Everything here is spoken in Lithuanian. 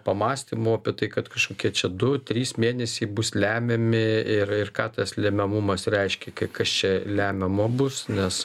pamąstymų apie tai kad kažkokie čia du trys mėnesiai bus lemiami ir ir ką tas lemiamumas reiškia kas čia lemiamo bus nes